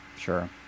Sure